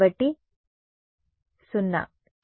కాబట్టి 0